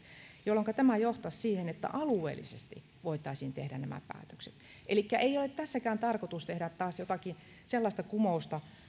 jolloinka tämä johtaisi siihen että alueellisesti voitaisiin tehdä nämä päätökset ei ole tässäkään tarkoitus tehdä taas jotakin sellaista kumousta